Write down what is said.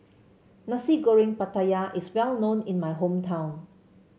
Nasi Goreng Pattaya is well known in my hometown